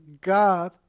God